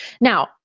Now